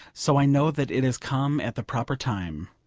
so i know that it has come at the proper time.